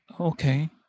Okay